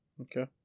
Okay